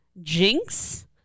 jinx